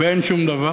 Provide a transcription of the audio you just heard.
ואין שום דבר.